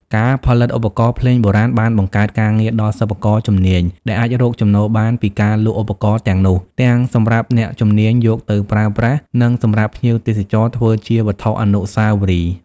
ការផលិតឧបករណ៍ភ្លេងបុរាណបានបង្កើតការងារដល់សិប្បករជំនាញ ដែលអាចរកចំណូលបានពីការលក់ឧបករណ៍ទាំងនោះ ទាំងសម្រាប់អ្នកជំនាញយកទៅប្រើប្រាស់ និងសម្រាប់ភ្ញៀវទេសចរធ្វើជាវត្ថុអនុស្សាវរីយ៍។